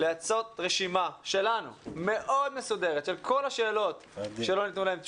לעשות רשימה שלנו מאוד מסודרת של כל השאלות שלא ניתנו להן תשובה.